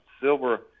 Silver